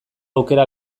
aukera